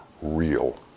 Real